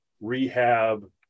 rehab